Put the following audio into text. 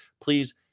please